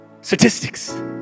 Statistics